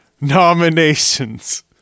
nominations